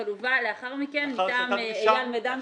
אבל הובא לאחר מכן מטעם אייל מדן.